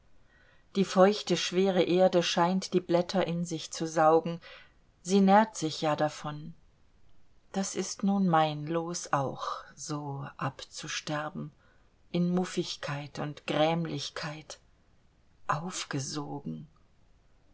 die feuchte schwere erde scheint die blätter in sich zu saugen sie nährt sich ja davon das ist nun mein los auch so abzusterben in muffigkeit und grämlichkeit aufgesogen